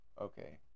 okay